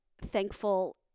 thankful